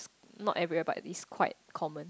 not everywhere but is quite common